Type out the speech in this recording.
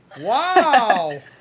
Wow